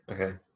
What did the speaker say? okay